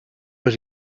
but